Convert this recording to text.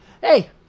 Hey